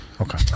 Okay